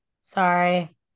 Sorry